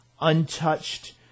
untouched